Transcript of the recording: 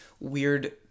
weird